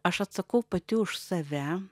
aš atsakau pati už save